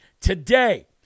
Today